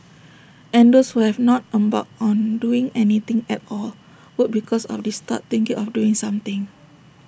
and those who have not embarked on doing anything at all would because of this start thinking of doing something